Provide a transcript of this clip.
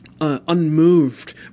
unmoved